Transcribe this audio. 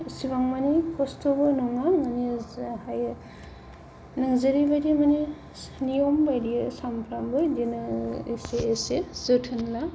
सिगां माने खस्त'बो नङा माने जा हायो नों जेरैबायदि माने नियम बायदियै सानफ्रोमबो बिदिनो एसे एसे जोथोन ला